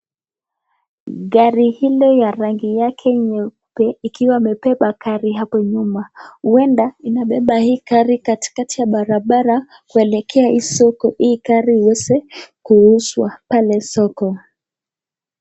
Gari hilo la rangi yake nyeupe ikiwa imebeba gari hapo nyuma, huenda inabeba hii gari katikati ya barabara kuelekea hii soko hii gari iweze kuuzwa pale soko.